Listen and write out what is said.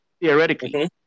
Theoretically